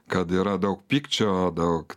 kad yra daug pykčio daug